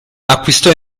acquistò